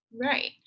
Right